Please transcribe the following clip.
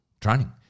training